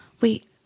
Wait